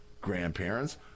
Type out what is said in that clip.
grandparents